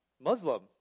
Muslim